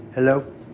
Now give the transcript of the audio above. Hello